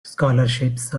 scholarships